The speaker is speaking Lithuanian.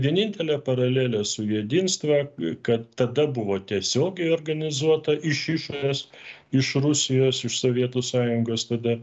vienintelė paralelė su jedinstva kad tada buvo tiesiogiai organizuota iš išorės iš rusijos iš sovietų sąjungos tada